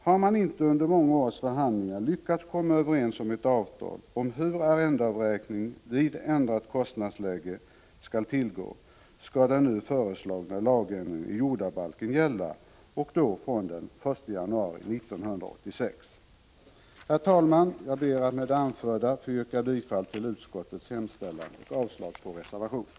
Har man inte under många års förhandlingar lyckats komma överens om ett avtal om hur arrendeavräkning vid ändrat kostnadsläge skall tillgå, skall den nu föreslagna lagen i jordabalken gälla, och då från den 1 januari 1986. Herr talman! Jag ber att få yrka bifall till utskottets hemställan och avslag på reservationen.